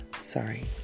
Sorry